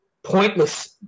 pointless